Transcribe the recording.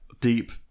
Deep